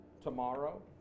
tomorrow